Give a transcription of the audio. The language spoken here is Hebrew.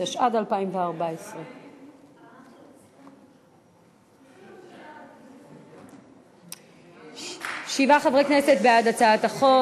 התשע"ד 2014. ההצעה להעביר את הצעת חוק